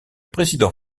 président